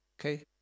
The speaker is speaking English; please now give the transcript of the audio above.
okay